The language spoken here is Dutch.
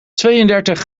tweeëndertig